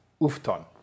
ufton